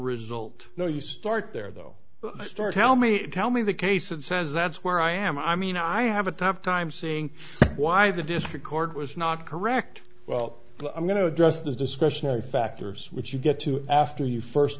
result no you start there though start tell me tell me the case and says that's where i am i mean i have a tough time seeing why the district court was not correct well i'm going to address the discretionary factors which you get to after you first